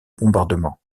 bombardements